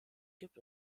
gibt